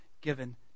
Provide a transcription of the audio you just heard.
given